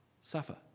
suffer